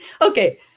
Okay